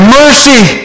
mercy